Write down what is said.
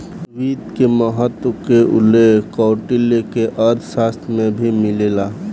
वित्त के महत्त्व के उल्लेख कौटिल्य के अर्थशास्त्र में भी मिलेला